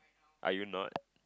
are you not